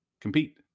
compete